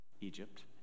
Egypt